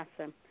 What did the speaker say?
Awesome